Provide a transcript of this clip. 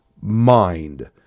mind